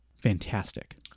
fantastic